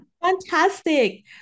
Fantastic